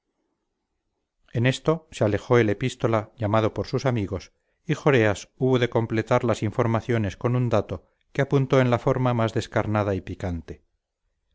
en esto se alejó el epístola llamado por sus amigos y joreas hubo de completar las informaciones con un dato que apuntó en la forma más descarnada y picante